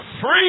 free